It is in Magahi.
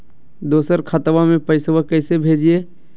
दोसर खतबा में पैसबा कैसे भेजिए?